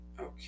okay